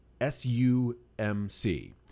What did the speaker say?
S-U-M-C